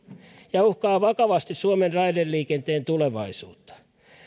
ja uhkaa vakavasti suomen raideliikenteen tulevaisuutta